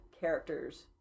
characters